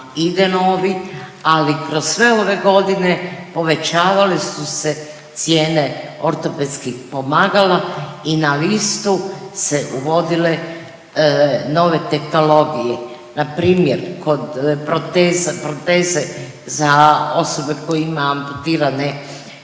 ide novi ali kroz sve ove godine povećavali su se cijene ortopedskih pomagala i na listu se uvodile nove tehnologije. Npr. kod proteze za osobe koja ima amputirane